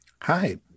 Hi